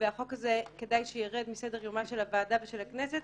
וכדאי שהחוק הזה ירד מסדר יומה של הוועדה ושל הכנסת,